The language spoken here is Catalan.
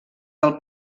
del